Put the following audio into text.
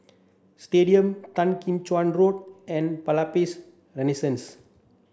Stadium Tan Kim Cheng Road and Palais Renaissance